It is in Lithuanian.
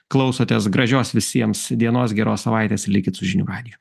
klausotės gražios visiems dienos geros savaitės likit su žinių radiju